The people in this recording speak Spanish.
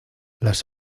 las